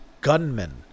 Gunmen